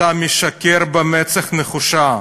אתה משקר במצח נחושה.